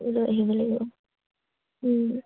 লৈ আহিব লাগিব